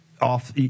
off